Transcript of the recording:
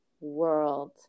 world